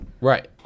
Right